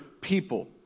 people